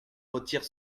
retire